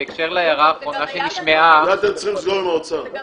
את זה אתם צריכים לסגור עם האוצר.